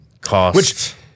cost